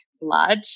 blood